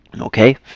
okay